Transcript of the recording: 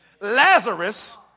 Lazarus